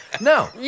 No